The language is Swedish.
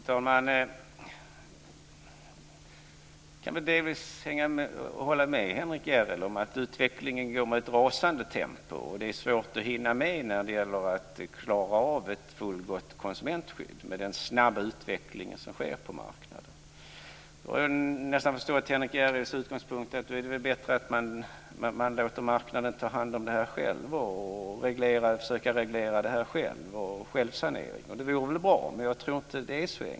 Fru talman! Jag kan väl delvis hålla med Henrik S Järrel om att utvecklingen går i ett rasande tempo och att det är svårt att hinna med när det gäller att klara av ett fullgott konsumentskydd med den snabba utvecklingen som sker på marknaden. Det verkar som om Henrik S Järrels utgångspunkt är att det väl då är bättre att man låter marknaden ta hand om detta själv och försöker reglera detta själv. Och det vore väl bra med en självsanering. Men jag tror inte att det är så enkelt.